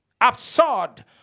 absurd